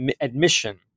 admission